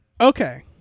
Okay